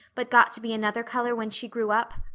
but got to be another color when she grew up?